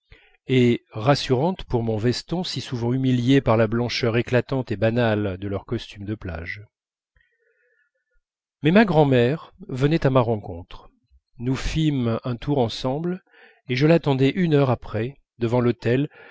et rassurante pour mon veston si souvent humilié par la blancheur éclatante et banale de leurs costumes de plage mais ma grand'mère venait à ma rencontre nous fîmes un tour ensemble et je l'attendais une heure après devant l'hôtel